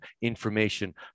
information